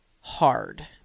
hard